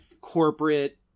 corporate